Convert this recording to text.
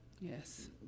Yes